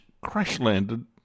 crash-landed